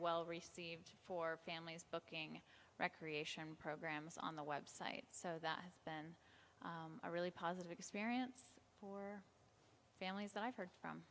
well received for families booking recreation programs on the website so that has been a really positive experience families that i've heard from